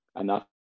enough